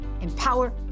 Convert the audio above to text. empower